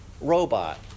robot